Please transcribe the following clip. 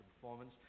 performance